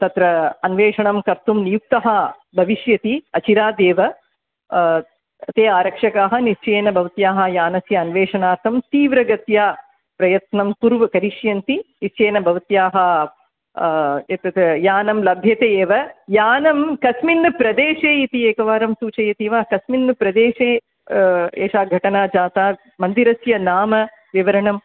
तत्र अन्वेषणं कर्तुं नियुक्तः भविष्यति अचिरादेव ते आरक्षकाः निश्चयेन भवत्याः यानस्य अन्वेषणार्थं तीव्रगत्या प्रयत्नं कुर्व् करिष्यन्ति निश्चयेन भवत्याः एतत् यानं लभ्यते एव यानं कस्मिन् प्रदेशे इति एकवारं सूचयति वा कस्मिन् प्रदेशे एषा घटना जाता मन्दिरस्य नाम विवरणं